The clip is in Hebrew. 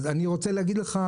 אז אני רוצה להגיד לך,